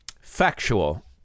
Factual